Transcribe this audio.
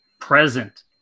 present